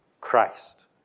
Christ